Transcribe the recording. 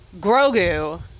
Grogu